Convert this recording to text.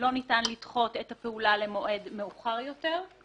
שלא ניתן לדחות את הפעולה למועד מאוחר יותר.